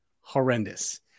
horrendous